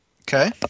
Okay